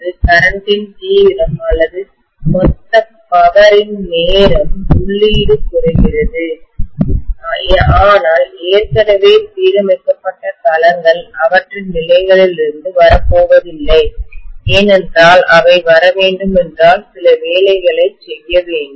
மின்னோட்டத்தின்கரண்ட் இன் தீவிரம் அல்லது மொத்த சக்தியின்பவரின் நேரம் உள்ளீடு குறைகிறது ஆனால் ஏற்கனவே சீரமைக்கப்பட்ட களங்கள் அவற்றின் நிலைகளிலிருந்து வரப்போவதில்லை ஏனென்றால் அவை வரவேண்டுமென்றால் சில வேலைகளைச் செய்ய வேண்டும்